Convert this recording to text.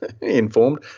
informed